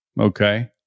Okay